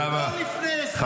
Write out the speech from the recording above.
לא לפני עשר שנים, שנה וחצי.